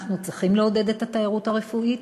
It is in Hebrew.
אנחנו צריכים לעודד את התיירות הרפואית.